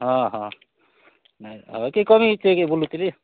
ହଁ ହଁ ନାଇଁ କି କରିମ୍ ସେ ବୁଲୁଥିଲି